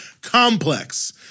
complex